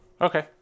Okay